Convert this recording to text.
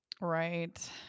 right